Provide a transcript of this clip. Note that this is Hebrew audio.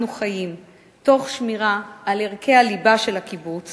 חיים תוך שמירה על ערכי הליבה של הקיבוץ